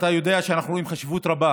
אתה יודע שאנחנו רואים חשיבות רבה